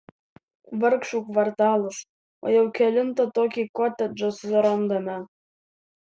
vargšų kvartalas o jau kelintą tokį kotedžą surandame